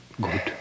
Good